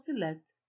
select